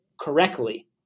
correctly